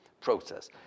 process